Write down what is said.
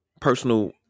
Personal